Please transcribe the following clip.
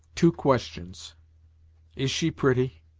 two questions is she pretty?